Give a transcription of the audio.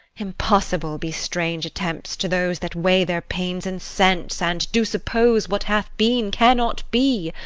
impossible be strange attempts to those that weigh their pains in sense, and do suppose what hath been cannot be.